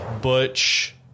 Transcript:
Butch